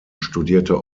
studierte